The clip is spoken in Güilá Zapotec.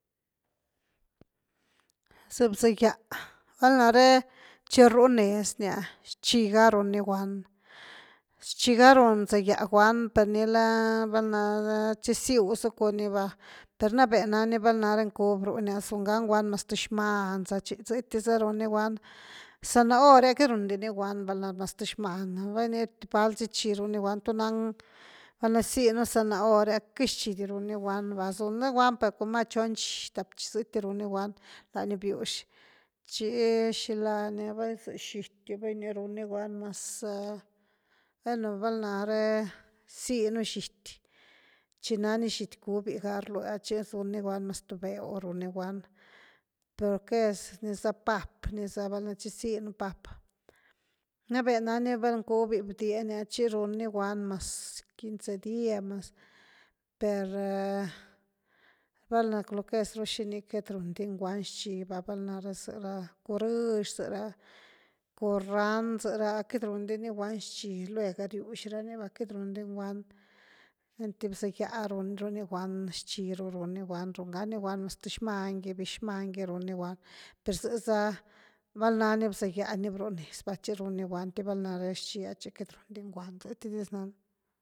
Sa bza gya valnare tchi rúh nez ni ah, xchi ga run ni guan xchi ga run bza gya guand per nicla val’na chiziu zacku ni va, per nave nani val nani cuby brúni ah sun ga ni guand pas th xman za chi, zety za run ni guand, zanahori’a queity run di ni guand mas th xman vai ni val zy chi run ni guand, tunan, val’na gizy ú zanahori, queity xi di run ni guand va, zun ni guand per coma chon chi, tap chi zety run ni guand lani biux, chi xila ni val za xity, veini run ni guan. mas, bueno, val’ nare zi un xity, chi nani xity cubi ga rlui ah tchi zun ni guand mas th bew run ni guand, lo que es nizá pap val’ na chizy nu pap, nave nabni val cuby bdieni ah chi run ni guan mas quince dia mas, per val’na lo que es ra xini queity run di ni guand xchi va val’na za ra curëx, za’ra curand, zá ra queity run di ni guand xchi, lueg riux rani va, queity run din guand, einty bza gya ah run ru ni guand xchi ru run ni guand, run ga ni guand mas th zman gy rbix xman gy run ni guand. per zëza val nani bza gya ni bru nez va chi run ni guand, einty val nare xchi ah chi queity run din guand, zëty dis nan’a.